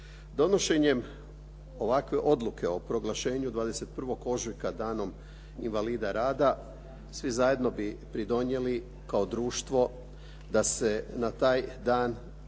Donošenjem ovakve odluke o proglašenju 21. ožujka danom invalida rada svi zajedno bi pridonijeli kao društvo da se na taj dan i da